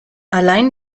allein